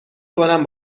کنم